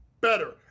better